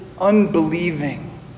unbelieving